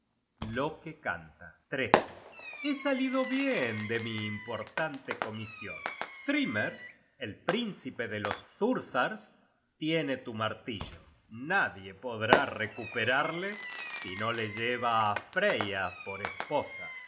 fábulas loke canta he salido bien de mi importante comision thrymer el príncipe de los thursars tiene tu martillo nadie podrá recuperarle si no le lleva á freya por esposa